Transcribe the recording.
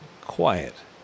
Quiet